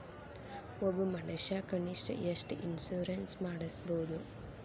ಒಬ್ಬ ಮನಷಾ ಕನಿಷ್ಠ ಎಷ್ಟ್ ಇನ್ಸುರೆನ್ಸ್ ಮಾಡ್ಸ್ಬೊದು?